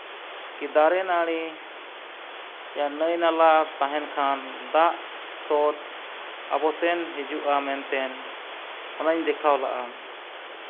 ᱠᱤ ᱫᱟᱨᱮ ᱱᱟᱹᱲᱤ ᱱᱟᱹᱭ ᱱᱟᱞᱟ ᱛᱟᱦᱮᱱ ᱠᱷᱟᱱ ᱫᱟᱜ ᱥᱳᱨᱥ ᱟᱵᱚ ᱥᱮᱱ ᱦᱤᱡᱩᱜᱼᱟ ᱢᱮᱱᱛᱮ ᱚᱱᱟᱧ ᱫᱮᱠᱷᱟᱣ ᱞᱮᱫᱼᱟ